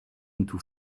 into